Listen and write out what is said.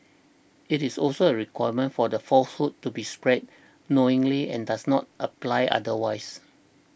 it is also a requirement for the falsehood to be spread knowingly and does not apply otherwise